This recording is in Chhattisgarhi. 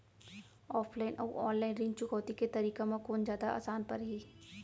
ऑफलाइन अऊ ऑनलाइन ऋण चुकौती के तरीका म कोन जादा आसान परही?